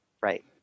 Right